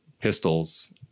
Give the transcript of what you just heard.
pistols